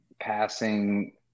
passing